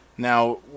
Now